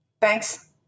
Thanks